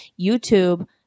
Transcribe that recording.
YouTube